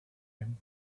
him